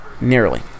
nearly